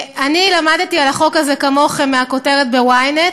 אני למדתי על החוק הזה כמוכם, מהכותרת ב-Ynet.